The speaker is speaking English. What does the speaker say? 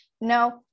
no